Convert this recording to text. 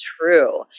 true